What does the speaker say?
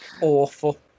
awful